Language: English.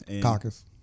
Caucus